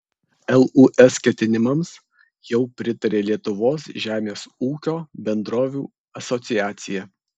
lūs ketinimams jau pritarė lietuvos žemės ūkio bendrovių asociacija